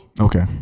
Okay